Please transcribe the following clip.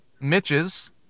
Mitch's